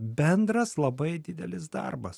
bendras labai didelis darbas